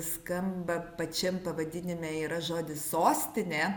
skamba pačiam pavadinime yra žodis sostinė